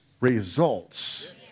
results